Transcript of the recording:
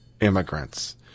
immigrants